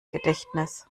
gedächtnis